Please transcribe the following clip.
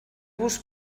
los